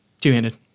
Two-handed